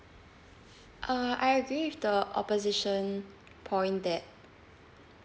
uh I agree with the opposition point that